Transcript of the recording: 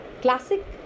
classic